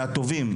מהטובים,